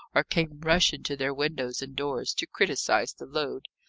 or came rushing to their windows and doors to criticise the load.